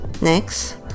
Next